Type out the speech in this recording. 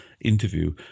interview